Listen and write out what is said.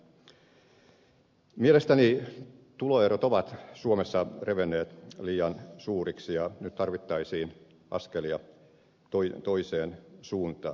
manninen mielestäni tuloerot ovat suomessa revenneet liian suuriksi ja nyt tarvittaisiin askelia toiseen suuntaan